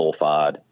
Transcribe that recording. sulfide